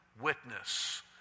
witness